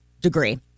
degree